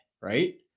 Right